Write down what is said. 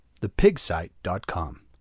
thepigsite.com